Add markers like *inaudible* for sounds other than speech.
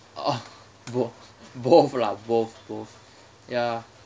oh *laughs* both both lah both both ya